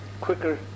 quicker